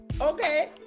Okay